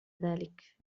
ذلك